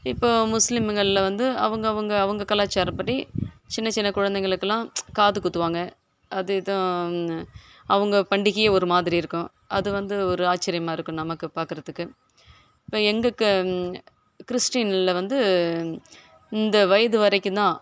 இப்போ முஸ்லீம்ங்களில் வந்து அவங்க அவங்க அவங்க கலாச்சாரப்படி சின்ன சின்ன குழந்தைங்களுக்கெல்லாம் காது குத்துவாங்க அது இதும் அவங்க பண்டிகையே ஒரு மாதிரி இருக்கும் அது வந்து ஒரு ஆச்சரியமா இருக்கும் நமக்கு பார்க்குறதுக்கு இப்போ எங்கள் க கிறிஸ்டீயனில் வந்து இந்த வயது வரைக்கும் தான்